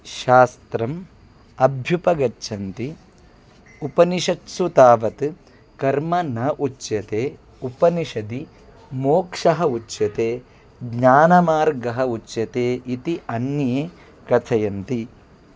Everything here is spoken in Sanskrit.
शास्त्रम् अभ्युपगच्छन्ति उपनिषत्सु तावत् कर्म न उच्यते उपनिषदि मोक्षः उच्यते ज्ञानमार्गः उच्यते इति अन्ये कथयन्ति